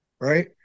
right